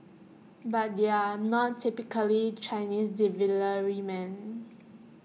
but they're not typically Chinese deliverymen